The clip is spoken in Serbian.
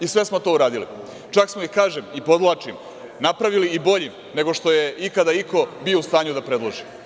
I sve smo to uradili, čak smo, kažem i podvlačim, napravili i boljim nego što je ikada iko bio u stanju na predloži.